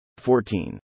14